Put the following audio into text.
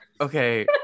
Okay